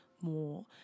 more